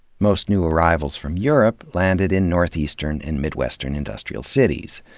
most new arrivals from europe landed in northeastern and midwestern industrial cities.